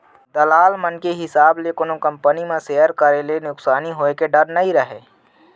दलाल मन के हिसाब ले कोनो कंपनी म सेयर करे ले नुकसानी होय के डर ह नइ रहय